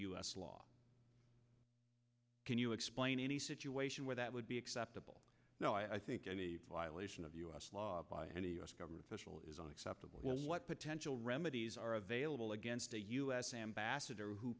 s law can you explain any situation where that would be acceptable no i think any violation of u s law by any u s government official is unacceptable what potential remedies are available against a u s ambassador who